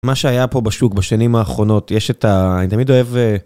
מה שהיה פה בשוק בשנים האחרונות, יש את ה... אני תמיד אוהב...